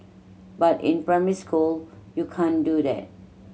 but in primary school you can't do that